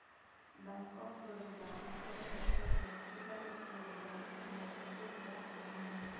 bank of Baroda भारताची राज्याची मक्तेदारी असलेली बँकिंग आणि वित्तीय सेवा समूह हा